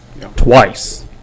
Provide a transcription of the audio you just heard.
twice